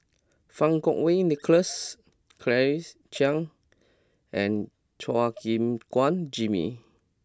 Fang Kuo Wei Nicholas Claire Chiang and Chua Gim Guan Jimmy